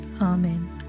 Amen